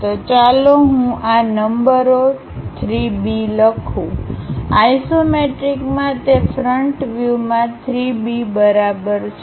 તો ચાલો હું આ નંબરો 3 B લખું આઇસોમેટ્રિકમાં તે ફ્રન્ટ વ્યૂમાં 3 B બરાબર છે